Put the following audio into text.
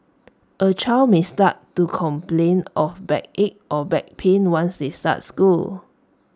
A child may start to complain of backache or back pain once they start school